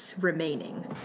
remaining